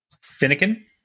Finnegan